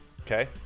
okay